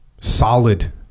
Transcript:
Solid